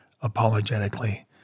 apologetically